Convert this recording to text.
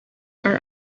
are